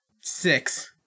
six